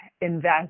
invest